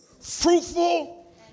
Fruitful